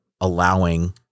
allowing